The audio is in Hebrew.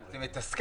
זה מתסכל.